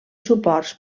suports